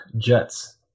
Jets